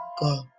God